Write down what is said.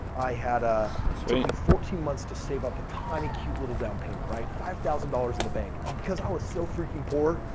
i had a took me fourteen months to save up a tiny cute little down payment, right? five thousand dollars in the bank. and because i was so freaking poor,